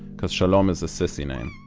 because shalom is a sissy name.